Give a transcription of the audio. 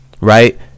right